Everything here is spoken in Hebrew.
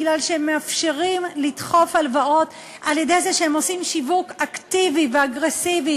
בגלל שהם מאפשרים לדחוף הלוואות על-ידי זה שהם עושים שיווק אקטיבי ואגרסיבי